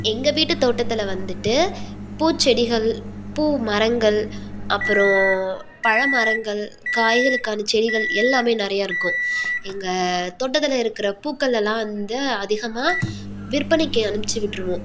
எங்கள் வீட்டுத் தோட்டத்தில் வந்துட்டு பூச்செடிகள் பூ மரங்கள் அப்புறோம் பழ மரங்கள் காய்களுக்கான செடிகள் எல்லாமே நிறையா இருக்கும் எங்கள் தோட்டத்தில் இருக்கிற பூக்கள் எல்லாம் வந்து அதிகமாக விற்பனைக்கு அனுப்பிச்சு விட்டுருவோம்